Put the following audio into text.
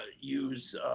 use